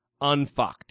unfucked